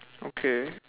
okay